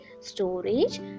storage